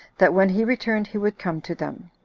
that when he returned he would come to them.